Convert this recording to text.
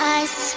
ice